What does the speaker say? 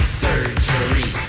surgery